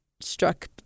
struck